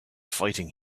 fighting